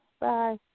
Bye